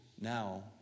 Now